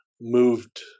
moved